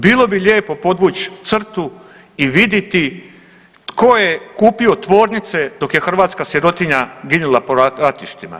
Bilo bi lijepo podvući crtu i vidjeti tko je kupio tvornice dok je hrvatska sirotinja ginula po ratištima.